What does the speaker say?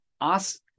ask